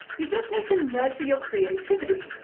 you just need to nurture your creativity.